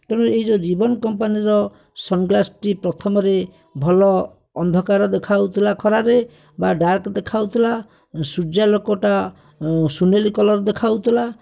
ତେଣୁ ଏହି ଯେଉଁ ରେବେନ୍ କମ୍ପାନୀର ସନ୍ଗ୍ଳାସ୍ଟି ପ୍ରଥମରେ ଭଲ ଅନ୍ଧକାର ଦେଖାଯାଉଥିଲା ଖରାରେ ବା ଡାର୍କ୍ ଦେଖାଯାଉଥିଲା ସୁର୍ଯ୍ୟା ଆଲୋକଟା ସୁନେଲି କଲର୍ ଦେଖା ହୋଇଥୁଲା